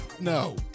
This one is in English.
no